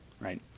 right